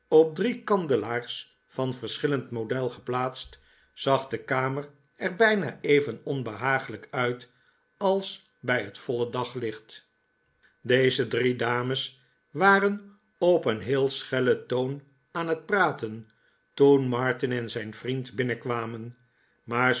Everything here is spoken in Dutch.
op drie kandelaars van verschillend model geplaatst zag de kamer er bijna even onbehaaglijk uit als bij het voile daglicht deze drie dames waren op een heel schellen toon aan het praten toen martin en zijn vriend binnenkwamen maar